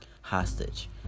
hostage